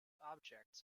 objects